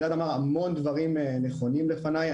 גלעד אמר המון דברים נכונים לפניי.